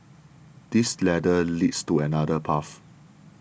this ladder leads to another path